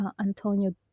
Antonio